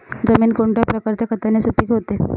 जमीन कोणत्या प्रकारच्या खताने सुपिक होते?